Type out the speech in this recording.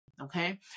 okay